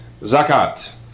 Zakat